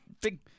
big